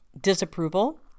disapproval